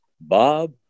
Bob